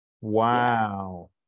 Wow